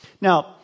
Now